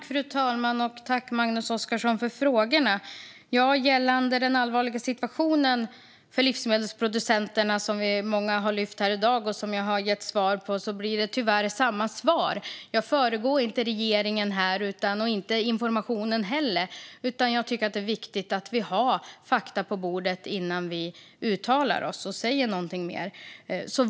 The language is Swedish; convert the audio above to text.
Fru talman! Tack för frågorna, Magnus Oscarsson! Gällande den allvarliga situationen för livsmedelsproducenterna, vilket många har lyft här i dag och vilket jag har svarat på, blir det tyvärr samma svar som tidigare: Jag föregår inte regeringen här, och inte informationen heller. Jag tycker att det är viktigt att vi har fakta på bordet innan vi uttalar oss och säger någonting mer.